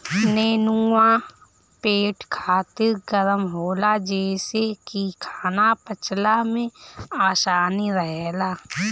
नेनुआ पेट खातिर गरम होला जेसे की खाना पचला में आसानी रहेला